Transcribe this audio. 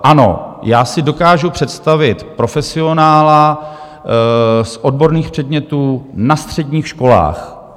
Ano, já si dokážu představit profesionála z odborných předmětů na středních školách.